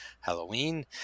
Halloween